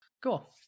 cool